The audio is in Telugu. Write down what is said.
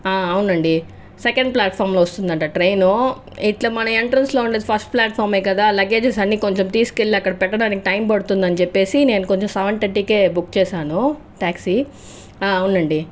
ఆ అవునండి సెకండ్ ప్లాట్ఫామ్లో వస్తుందట ట్రైన్ ఇట్ల మన ఎంట్రన్స్లో ఉండే ఫస్ట్ ప్లాట్ఫామ్ఏ కదా లగేజెస్ అన్నీ కొంచెం తీసుకెళ్ళి అక్కడ పెట్టడానికి టైం పడుతుందని చెప్పి నేను కొంచెం సెవెన్ థర్టీకే బుక్ చేశాను ట్యాక్సీ ఆ అవునండి